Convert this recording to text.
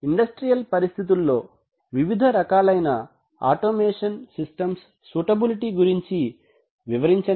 industrial పరిస్థితుల్లో వివిధ రకాలైన ఆటోమేషన్ సిస్టమ్స్ సూటబిలిటీ గురించి వివరించండి